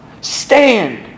Stand